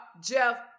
Jeff